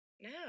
no